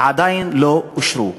עדיין לא אישרו.